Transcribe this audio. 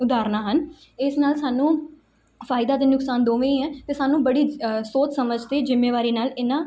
ਉਦਾਹਰਨਾਂ ਹਨ ਇਸ ਨਾਲ ਸਾਨੂੰ ਫਾਇਦਾ ਅਤੇ ਨੁਕਸਾਨ ਦੋਵੇਂ ਹੀ ਹੈ ਅਤੇ ਸਾਨੂੰ ਬੜੀ ਸੋਚ ਸਮਝ ਅਤੇ ਜ਼ਿੰਮੇਵਾਰੀ ਨਾਲ ਇਹਨਾਂ